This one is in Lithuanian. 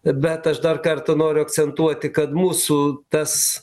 bet aš dar kartą noriu akcentuoti kad mūsų tas